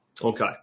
Okay